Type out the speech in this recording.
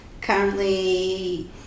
Currently